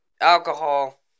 alcohol